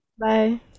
bye